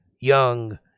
young